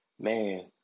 man